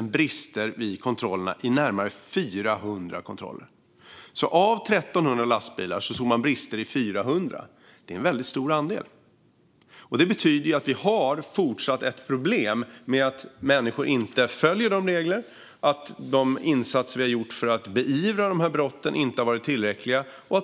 brister vid närmare 400 kontroller. Av 1 300 lastbilar såg man brister i 400. Det är en väldigt stor andel. Det betyder att vi fortsatt har ett problem med att människor inte följer regler. De insatser som vi har gjort för att beivra brotten har inte varit tillräckliga.